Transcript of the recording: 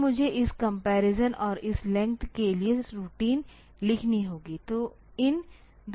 अब मुझे इस कंपरिसन और इस लेंथ के लिए रूटीन लिखनी होगी तो इन 2 रूटीन को लिखना होगा